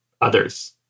others